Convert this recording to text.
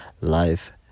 life